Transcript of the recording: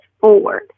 forward